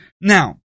Now